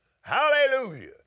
Hallelujah